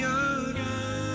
again